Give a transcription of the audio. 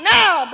now